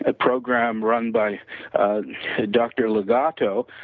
ah program run by dr. legato,